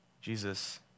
Jesus